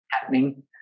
happening